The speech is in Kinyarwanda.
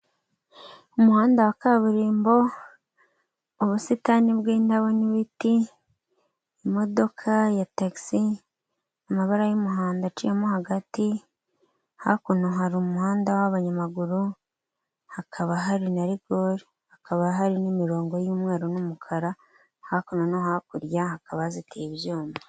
Umuhanda wa kaburimbo, ubusitani bw'indabo n'ibiti, imodoka ya tagisi, amabara y'umuhondo aciyemo hagati, hakuno hari umuhanda w'abanyamaguru, hakaba hari na rigori, hakaba hari n'imirongo y'umweru n'umukara, hakuno no hakurya hakaba hazitiye ibyuma.